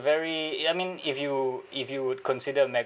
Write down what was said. very I mean if you if you would consider